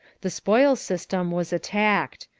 the spoils system was attacked.